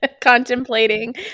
Contemplating